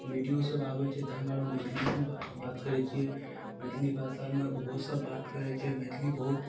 video सभ आबय छै तऽ हमरा आर मैथलियेमे बात बात करय छियै मैथिली भाषामे उहो सभ बात करय छै मैथिली बहुत